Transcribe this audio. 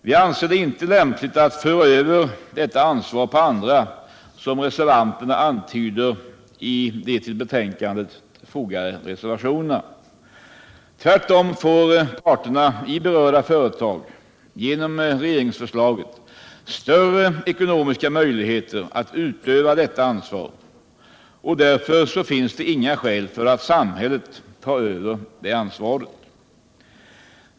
Vi anser det inte lämpligt att föra över detta ansvar på andra, som reservanterna antyder i de till betänkandet fogade reservationerna. Tvärtom får parterna i berörda företag genom regeringsförslaget större ekonomiska möjligheter att utöva detta ansvar, och därför finns det inga skäl för att samhället skall ta över ansvaret.